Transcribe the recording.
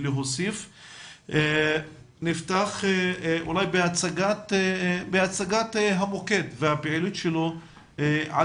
נפתח בהצגת המוקד והפעילות שלו על